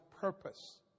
purpose